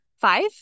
Five